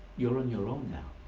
you're on your own now.